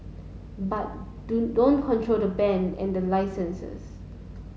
but do don't control the band and the licenses